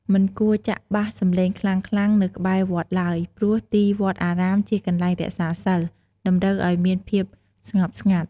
មិនគួរចាក់បាសសំឡេងខ្លាំងៗនៅក្បែរវត្តឡើយ ព្រោះទីវត្តអារាមជាកន្លែងរក្សាសីល តម្រូវឲ្យមានភាពស្ងប់ស្ងាត់។